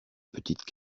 petite